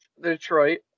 Detroit